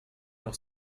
noch